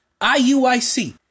IUIC